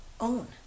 own